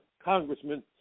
congressman